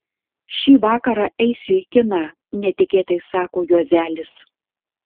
šį vakarą eisiu į kiną netikėtai sako juozelis